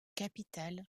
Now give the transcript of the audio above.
capital